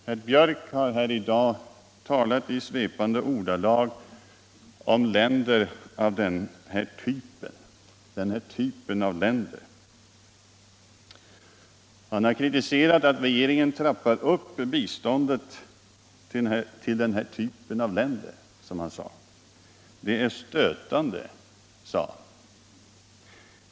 Herr Björck i Nässjö har här i dag i svepande ordalag kritiserat att regeringen trappar upp biståndet till ”den här typen av länder”. Det är stötande, sade han.